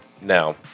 Now